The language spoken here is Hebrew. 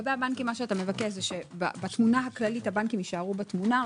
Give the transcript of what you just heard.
לגבי הבנקים אתה מציע שבתמונה הכללית הבנקים יישארו בתמונה.